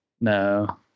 No